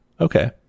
okay